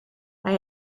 hij